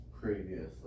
previously